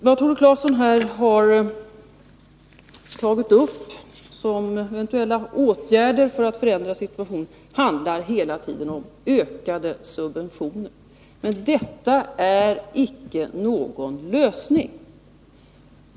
Vad Tore Claeson här har tagit upp som eventuella åtgärder för att förändra situationen handlar hela tiden om ökade subventioner. Men detta är inte någon lösning.